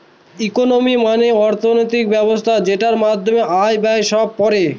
economy মানে আর্থিক ব্যবস্থা যেটার মধ্যে আয়, ব্যয় সব পড়ে